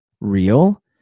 real